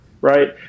right